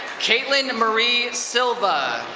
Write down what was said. caitlin marie silva.